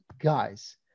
guys